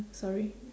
sorry